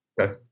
Okay